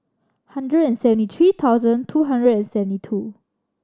one hundred and seventy three thousand two hundred and seventy two